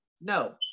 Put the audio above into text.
No